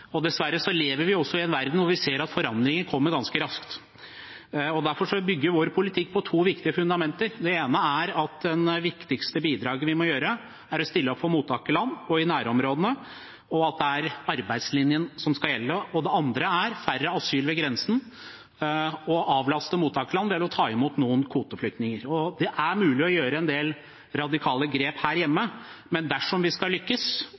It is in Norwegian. lever vi i en verden hvor vi ser at forandringer kommer ganske raskt, og derfor bygger vår politikk på to viktige fundamenter. Det ene er at det viktigste vi må gjøre, er å stille opp for mottakerland og i nærområdene, og at det er arbeidslinjen som skal gjelde. Det andre gjelder færre asylanter ved grensen og det å avlaste mottakerland ved å ta imot noen kvoteflyktninger. Det er mulig å ta noen radikale grep her hjemme, men dersom vi skal lykkes